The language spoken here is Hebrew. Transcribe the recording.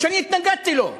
שאני התנגדתי לו.